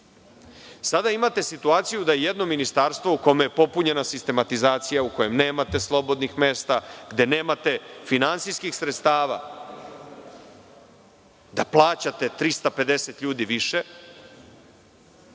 imate situaciju da jedno ministarstvo u kome je popunjena sistematizacija, u kojem nemate slobodnih mesta, gde nemate finansijskih sredstava da plaćate 350 ljudi više,